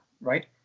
right